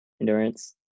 endurance